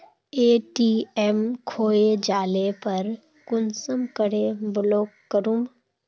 ATM खोये जाले पर कुंसम करे ब्लॉक करूम?